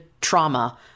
trauma